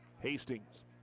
Hastings